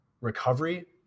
recovery